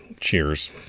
Cheers